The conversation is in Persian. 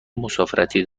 مسافرتی